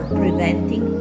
preventing